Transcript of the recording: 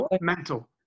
mental